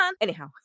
Anyhow